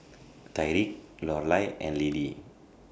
Tyriq Lorelai and Lidie